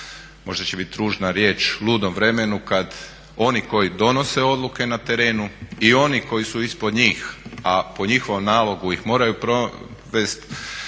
možda će biti ružna riječ ludom vremenu kad oni koji donose odluke na terenu i oni koji su ispod njih a po njihovom nalogu ih moraju provesti